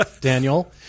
Daniel